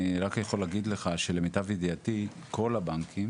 אני רק יכול להגיד לך שלמיטב ידעתי כל הבנקים